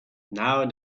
now